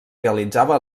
realitzava